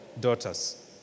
daughters